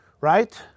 right